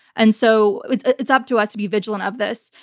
and so it's it's up to us to be vigilant of this.